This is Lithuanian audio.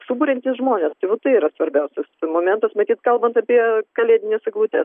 suburiantis žmones tai vot tai yra svarbiausias momentas matyt kalbant apie kalėdines eglutes